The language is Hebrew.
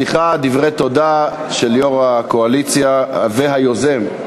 דברי תודה של יו"ר הקואליציה והיוזם,